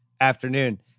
afternoon